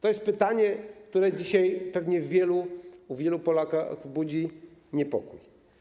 To jest pytanie, które dzisiaj pewnie u wielu Polaków budzi niepokój.